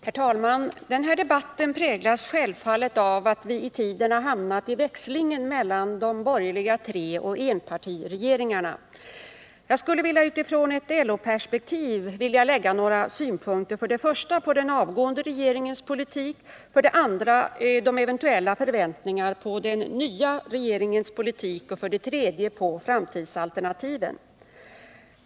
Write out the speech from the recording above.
Herr talman! Den här debatten präglas självfallet av att vi i tiden har hamnat i växlingen mellan de borgerliga treoch enpartiregeringarna. Jag skulle utifrån ett LO-perspektiv vilja lägga synpunkter på för det första den avgående regeringens politik, för det andra de eventuella förväntningarna på den nya regeringens politik och för det tredje på framtidsalternativen.